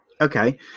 Okay